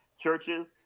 churches